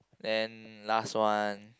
then last one